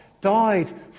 died